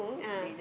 ah